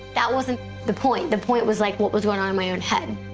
that wasn't the point. the point was like what was going on in my own head.